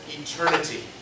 eternity